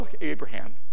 Abraham